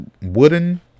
wooden